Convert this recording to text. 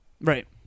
Right